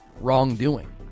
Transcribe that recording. wrongdoing